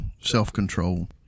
self-control